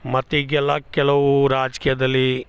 ಮತ್ತು ಈಗೆಲ್ಲಾ ಕೆಲವು ರಾಜಕೀಯದಲ್ಲಿ